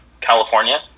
California